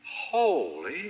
Holy